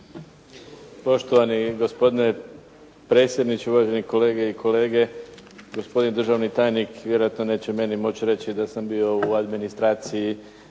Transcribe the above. Poštovani gospodine predsjedniče, uvaženi kolege i kolegice. Gospodin državni tajnik vjerojatno neće meni moći reći da sam bio u administraciji